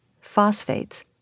phosphates